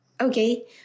Okay